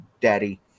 daddy